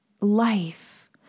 life